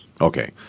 Okay